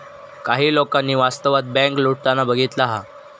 काही लोकांनी वास्तवात बँक लुटताना बघितला हा